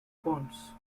bonds